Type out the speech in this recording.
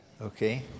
okay